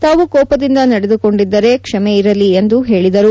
ತಾವು ಕೋಪದಿಂದ ನಡೆದುಕೊಂಡಿದ್ದರೆ ಕ್ಷಮೆ ಇರಲಿ ಎಂದು ಹೇಳಿದರು